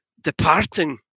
departing